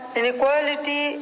inequality